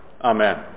Amen